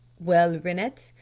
well, rennett,